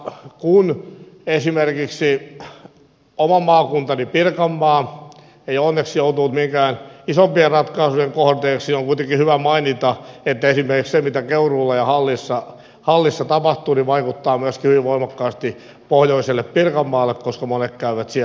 kun esimerkiksi oma maakuntani pirkanmaa ei onneksi joutunut minkään isompien ratkaisujen kohteeksi on kuitenkin hyvä mainita että esimerkiksi se mitä keuruulla ja hallissa tapahtuu vaikuttaa myöskin hyvin voimakkaasti pohjoiselle pirkanmaalle koska monet käyvät sieltä töissä